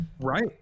Right